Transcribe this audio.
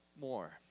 more